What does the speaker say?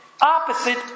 opposite